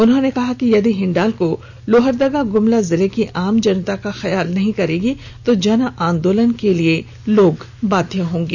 उन्होंने कहा कि यदि हिंडाल्को लोहरदगा गुमला जिले की आम जनता का ख्याल नहीं करेगी तो जन आंदोलन करने के लिए हमसब बाध्य होंगे